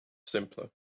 simpler